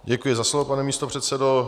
Děkuji za slovo, pane místopředsedo.